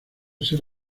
ser